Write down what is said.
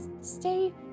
stay